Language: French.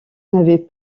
n’avait